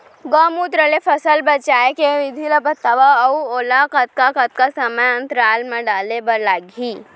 गौमूत्र ले फसल बचाए के विधि ला बतावव अऊ ओला कतका कतका समय अंतराल मा डाले बर लागही?